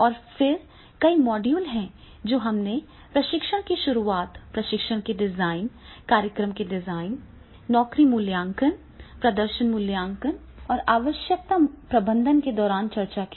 और फिर कई मॉड्यूल हैं जो हमने प्रशिक्षण की शुरुआत प्रशिक्षण के डिजाइन कार्यक्रम के डिजाइन नौकरी मूल्यांकन प्रदर्शन मूल्यांकन और आवश्यकता प्रबंधन के दौरान चर्चा की